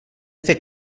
fer